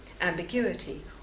ambiguity